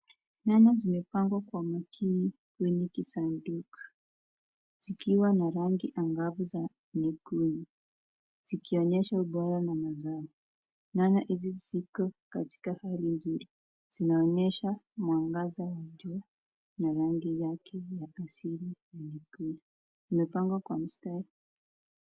Nyanya zimepangwa kwa umakini kwenye kisanduku. Zikiwa na rangi angavu za kijani. Sikionyesha ubora na mazao. Nyanya hizi ziko katika hali nzuri. Zinaonyesha mwangaza wa jua na rangi yake ya kasini na nyekundu. Zimepangwa kwa mstari.